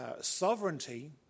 sovereignty